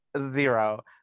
zero